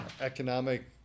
economic